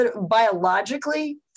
biologically